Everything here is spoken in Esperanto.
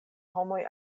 homoj